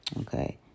Okay